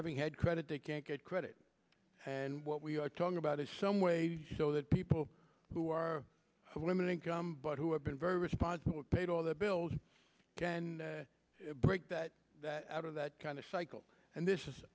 having had credit they can't get credit and what we are talking about is some ways so that people who are limited income but who have been very responsible paid all their bills can break that out of that kind of cycle and this